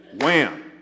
wham